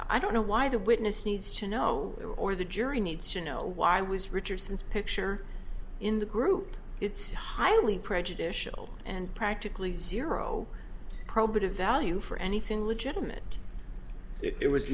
i don't know why the witness needs to know or the jury needs to know why was richardson's picture in the group it's highly prejudicial and practically zero probative value for anything legitimate it was